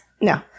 No